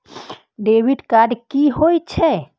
Debit card कि होई छै?